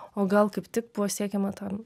o gal kaip tik buvo siekiama tam